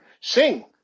sing